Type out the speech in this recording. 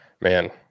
man